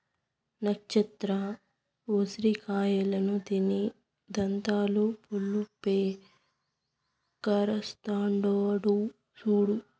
నచ్చత్ర ఉసిరి కాయలను తిని దంతాలు పులుపై కరస్తాండాడు సూడు